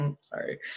sorry